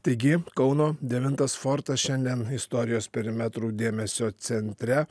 taigi kauno devintas fortas šiandien istorijos perimetrų dėmesio centre